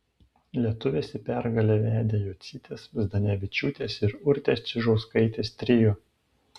lietuves į pergalę vedė jocytės zdanevičiūtės ir urtės čižauskaitės trio